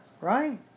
right